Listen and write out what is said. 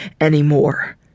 anymore